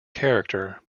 character